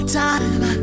time